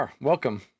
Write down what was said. Welcome